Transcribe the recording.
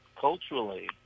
culturally